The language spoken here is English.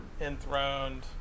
enthroned